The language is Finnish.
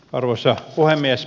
arvoisa puhemies